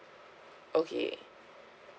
okay